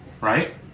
Right